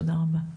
תודה רבה.